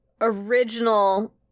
original